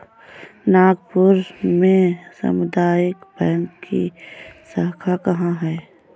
नागपुर में सामुदायिक बैंक की शाखा कहाँ है?